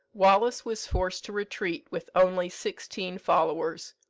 wallace was forced to retreat with only sixteen followers.